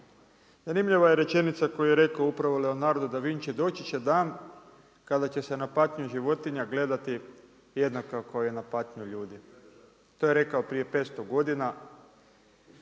Zanimljiva je rečenica koju je rekao upravo Leonardo Da Vinci, doći će dan kada će se na patnju životinja gledati jednako kao i na patnju ljudi. To je rekao prije 500 godina